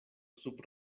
sub